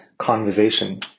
conversation